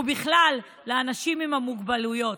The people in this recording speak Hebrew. ובכלל לאנשים עם המוגבלויות.